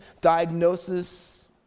diagnosis